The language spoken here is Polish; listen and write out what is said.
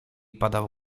padał